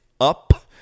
Up